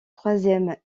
troisième